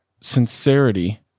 sincerity